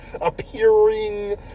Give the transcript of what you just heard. appearing